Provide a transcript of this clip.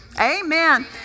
Amen